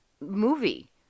movie